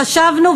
חשבנו,